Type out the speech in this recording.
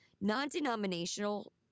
non-denominational